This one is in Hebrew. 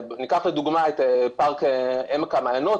ניקח לדוגמה את פארק עמק המעיינות,